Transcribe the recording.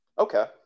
Okay